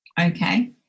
Okay